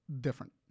different